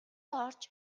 орж